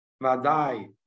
Madai